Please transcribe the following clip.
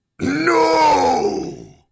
No